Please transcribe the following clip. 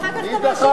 מי דחה אותה?